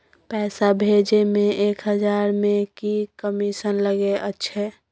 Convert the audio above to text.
पैसा भैजे मे एक हजार मे की कमिसन लगे अएछ?